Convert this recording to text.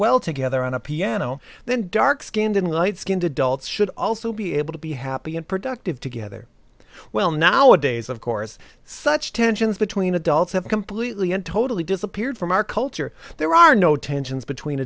well together on a piano then dark skinned and light skinned adults should also be able to be happy and productive together well nowadays of course such tensions between adults have completely and totally disappeared from our culture there are no tensions between